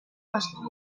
nostri